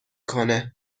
کنه